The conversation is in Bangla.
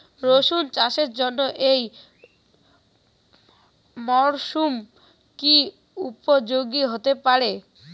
রসুন চাষের জন্য এই মরসুম কি উপযোগী হতে পারে?